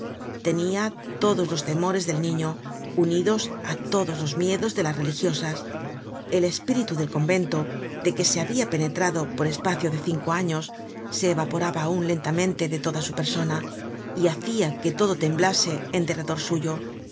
tenia todos los temores del hiño unidos á todos los miedos de las religiosas el espíritu del convenio de que se habia penetrado por espacio de cinco años se evaporaba aun lentamente de toda su persona y hacia que todo temblase en derredor suyo